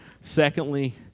Secondly